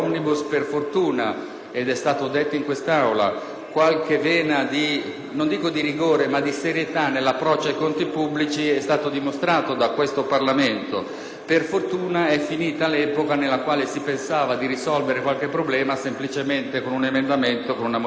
ed è stato detto in quest'Aula - qualche vena, non dico di rigore, ma di serietà nell'approccio ai conti pubblici è stato dimostrato dal Parlamento. Per fortuna è finita l'epoca nella quale si pensava di risolvere qualche problema semplicemente con un emendamento o con una modifica alla legge finanziaria.